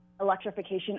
electrification